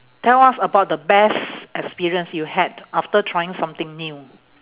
tell us about the best experience you had after trying something new